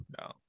no